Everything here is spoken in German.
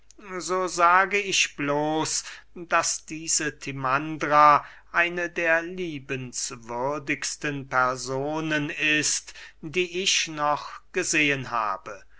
so sage ich bloß daß diese timandra eine der liebenswürdigsten personen ist die ich noch gesehen habe